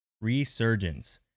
Resurgence